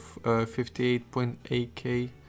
58.8k